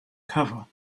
cover